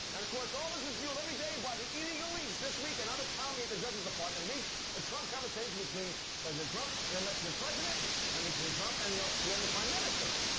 and of course, all this is fueled every day by the illegal leaks. this week, another commie at the justice department leaked a trump conversation between president trump and the mexican president and between trump and the australian prime minister.